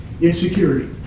Insecurity